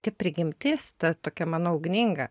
kaip prigimtis ta tokia mano ugninga